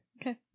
okay